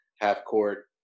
half-court